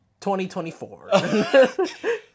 2024